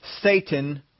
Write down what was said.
Satan